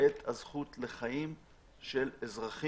את הזכות לחיים מול